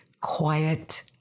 quiet